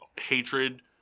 hatred